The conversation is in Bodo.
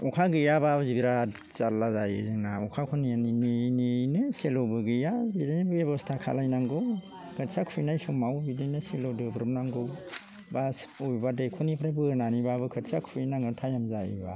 अखा गैयाब्लाबो बिराद जारला जायो जोंना अखाखौ नेयै नेयैनो सेल'बो गैया बिदिनो बेब'स्था खालायनांगौ खोथिया फुनाय समाव बिदिनो सेल' बोब्रबनांगौ बा बबेबा दैखरनिफ्राय बोनानैब्लाबो खोथिया फुहैनांगोन टाइम जायोब्ला